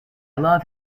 love